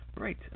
Right